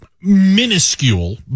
minuscule